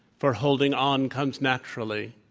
for holding on comes naturally.